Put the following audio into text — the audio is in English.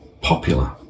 popular